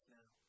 now